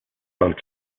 mount